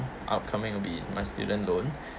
upcoming would be my student loan